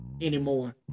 anymore